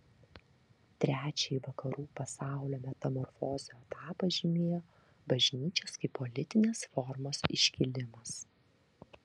trečiąjį vakarų pasaulio metamorfozių etapą žymėjo bažnyčios kaip politinės formos iškilimas